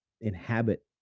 inhabit